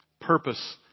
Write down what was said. purpose